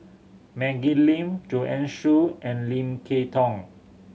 Maggie Lim Joanne Soo and Lim Kay Tong